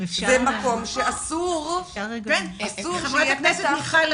זה מקום שאסור שיהיה -- חברת הכנסת מיכל,